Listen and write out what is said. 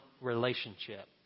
relationship